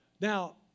now